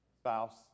spouse